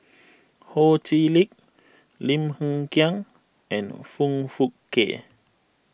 Ho Chee Lick Lim Hng Kiang and Foong Fook Kay